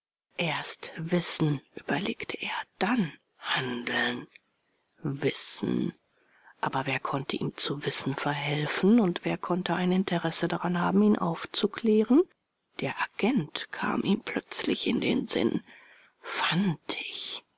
erst wissen überlegte er dann handeln wissen aber wer konnte ihm zu wissen verhelfen und wer konnte ein interesse daran haben ihn aufzuklären der agent kam ihm plötzlich in den sinn fantig